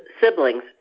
siblings